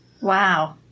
Wow